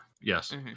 Yes